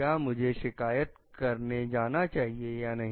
क्या मुझे शिकायत करने जाना चाहिए या नहीं